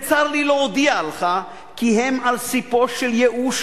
וצר לי להודיע לך שהם על ספו של ייאוש